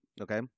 okay